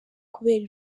kubera